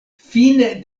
fine